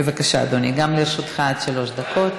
בבקשה, אדוני, גם לרשותך עד שלוש דקות,